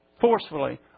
forcefully